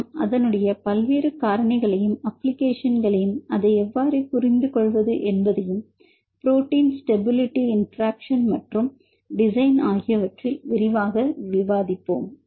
நான் அதனுடைய பல்வேறு காரணிகளையும் அப்ளிகேஷன்களையும் அதை எவ்வாறு புரிந்து கொள்வது என்பதையும் மற்றும் புரோட்டின் ஸ்டெபிளிட்டி இன்டராக்சன் மற்றும் டிசைன் ஆகியவற்றில் விரிவாக விவாதிப்போம்